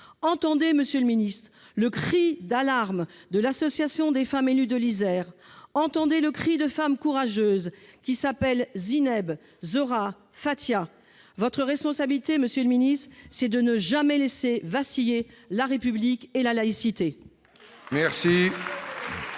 Entendez, monsieur le secrétaire d'État, le cri d'alarme de l'Association des femmes élues de l'Isère, entendez le cri de femmes courageuses qui s'appellent Zineb, Zohra, Fatiha ... Votre responsabilité est de ne jamais laisser vaciller la République et la laïcité